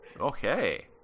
Okay